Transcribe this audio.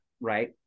Right